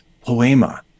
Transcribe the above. poema